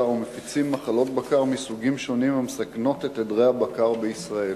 ומפיצים מחלות בקר מסוגים שונים המסכנות את עדרי הבקר בישראל.